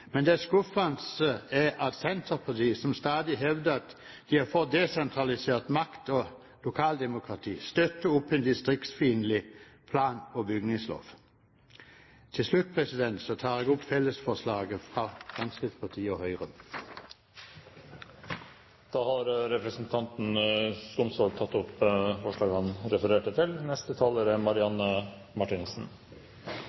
skuffende er at Senterpartiet, som stadig hevder at de er for desentralisert makt og lokaldemokrati, støtter opp om en distriktsfiendtlig plan- og bygningslov. Til slutt tar jeg opp fellesforslagene fra Fremskrittspartiet og Høyre. Representanten Henning Skumsvoll har tatt opp de forslag han refererte til.